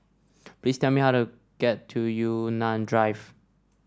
please tell me how to get to Yunnan Drive